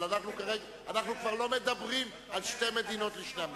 אבל אנחנו כבר לא מדברים על שתי מדינות לשני עמים.